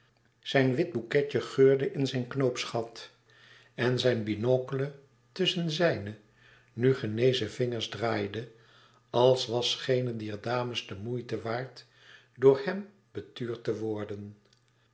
zijn wit boeketje geurde in zijn knoopsgat en zijn binocle tusschen zijne nu genezen vingers draaide als was geene dier dames de moeite waard door hèm betuurd te worden